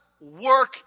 work